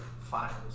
files